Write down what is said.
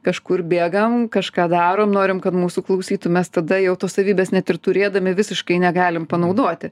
kažkur bėgam kažką darom norim kad mūsų klausytų mes tada jau tos savybės net ir turėdami visiškai negalim panaudoti